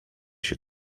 się